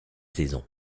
saison